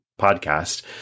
podcast